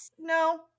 no